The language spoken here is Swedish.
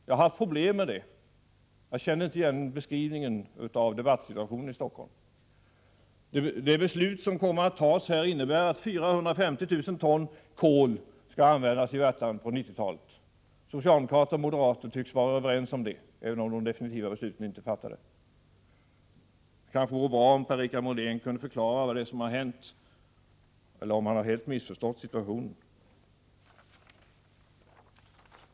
Jag har haft stora problem med detta, så jag känner inte igen beskrivningen av debattsituationen i Stockholm. Det beslut som troligen kommer att tas innebär att 450 000 ton kol per år skall användas vid Värtan på 1990-talet. Socialdemokrater och moderater tycks vara överens om det, även om de definitiva besluten inte är fattade. Det vore bra om Per-Richard Molén kunde förklara vad det är som har hänt eller tillstå att han helt har missförstått situationen.